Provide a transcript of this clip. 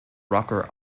rocker